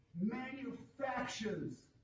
manufactures